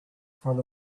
front